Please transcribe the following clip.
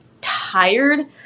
tired